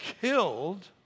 killed